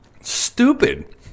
Stupid